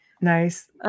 nice